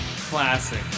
classic